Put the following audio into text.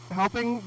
helping